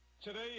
Today